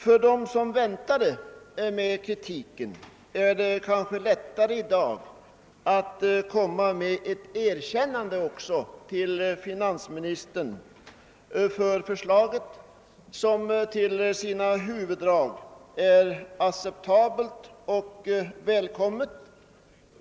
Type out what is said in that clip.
För dem som väntade med kritiken är det kanske lättare i dag att ge finansministern ett erkännande för förslaget, som till sina huvuddrag är acceptabelt och välkommet.